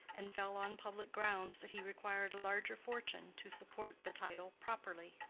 and felt on public grounds that he required a larger fortune to support the title properly.